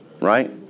Right